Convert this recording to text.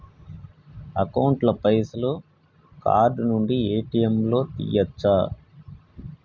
Account ల పైసల్ card నుండి ఏ.టి.ఎమ్ లా తియ్యచ్చా?